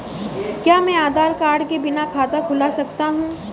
क्या मैं आधार कार्ड के बिना खाता खुला सकता हूं?